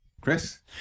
chris